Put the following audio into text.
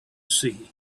see